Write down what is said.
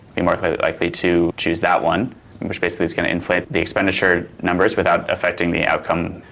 be more likely to choose that one which basically is going to inflate the expenditure numbers without affecting the outcome.